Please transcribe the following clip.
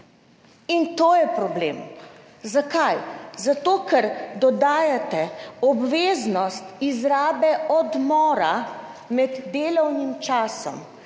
in to je problem. Zakaj? Zato, ker dodajate obveznost izrabe odmora med delovnim časom.